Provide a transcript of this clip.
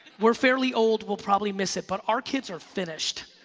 we're fairly old, we'll probably miss it but our kids are finished,